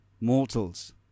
mortals